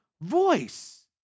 voice